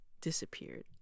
disappeared